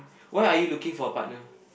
why are you looking for a partner